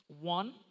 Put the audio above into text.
one